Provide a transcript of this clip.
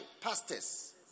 pastors